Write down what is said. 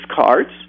cards